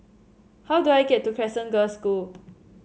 how do I get to Crescent Girls' School